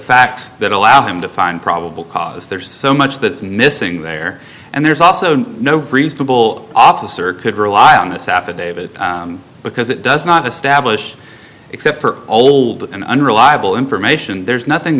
facts that allow him to find probable cause there's so much that is missing there and there's also no reasonable officer could rely on this affidavit because it does not establish except for old and unreliable information there's nothing